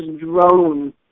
drone